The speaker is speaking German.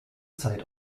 zeit